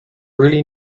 really